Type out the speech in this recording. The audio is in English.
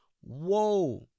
Whoa